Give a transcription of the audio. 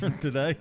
today